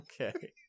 Okay